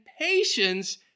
patience